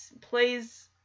plays